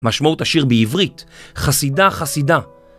משמעות השיר בעברית, חסידה חסידה.